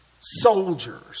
soldiers